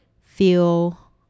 feel